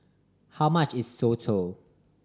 how much is soto